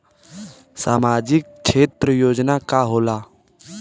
सामाजिक क्षेत्र योजना का होला?